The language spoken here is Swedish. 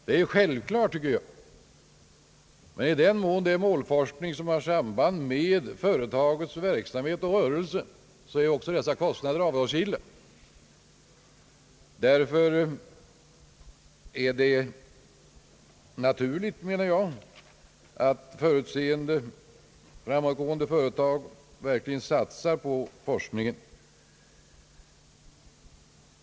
Men i den mån det gäller målforskning som har samband med ett företags verksamhet och rörelse är också kostnaden för denna forskning avdragsgill. Det är därför naturligt att förutseende och framåtskridande företag satsar på forskning.